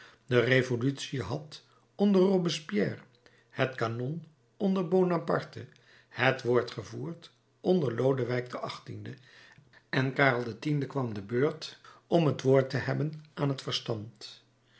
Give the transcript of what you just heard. de revolutie had onder robespierre het kanon onder bonaparte het woord gevoerd onder lodewijk xviii en karel x kwam de beurt om het woord te hebben aan het verstand